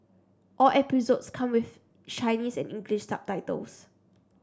all episodes come with Chinese and English subtitles